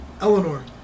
Eleanor